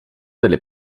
delle